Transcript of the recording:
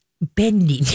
bending